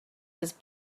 his